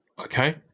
Okay